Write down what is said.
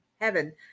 heaven